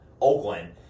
Oakland